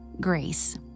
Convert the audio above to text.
Grace